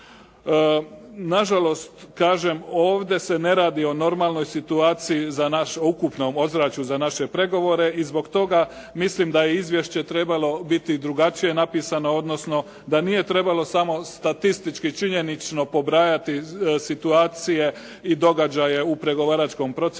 Na žalost kažem ovdje se ne radi o normalnoj situaciji za naše, ukupnom ozračju za naše pregovore i zbog toga mislim da je izvješće trebalo biti drugačije napisano, odnosno da nije trebalo samo statistički činjenično pobrajati situacije i događaje u pregovaračkom procesu